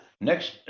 next